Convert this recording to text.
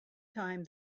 time